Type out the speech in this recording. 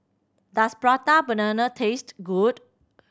does Prata Banana taste good